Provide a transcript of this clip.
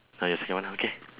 uh ya second one ah okay